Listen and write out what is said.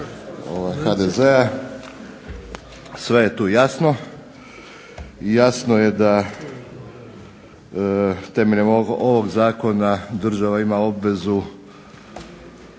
HDZ-a sve je tu jasno. Jasno je da temeljem ovog Zakona država ima obvezu